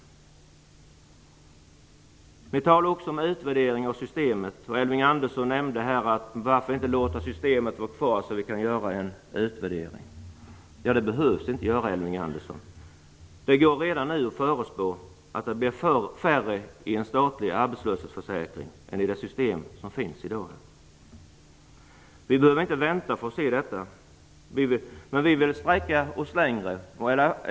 Ni talar också om utvärdering av systemet. Elving Andersson frågade varför man inte kunde låta systemet vara kvar så att vi kan göra en utvärdering. Det behöver vi inte göra, Elving Andersson. Det går redan nu att förespå att det blir färre försäkrade i en statlig arbetslöshetsförsäkring än i det system som finns i dag. Vi behöver inte vänta för att se detta. Vi socialdemokrater vill sträcka oss längre.